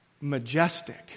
majestic